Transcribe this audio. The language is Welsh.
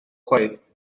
chwaith